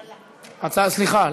סליחה,